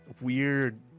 weird